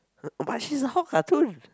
uh but she's a hot cartoon